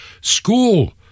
School